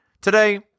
Today